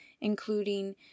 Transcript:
including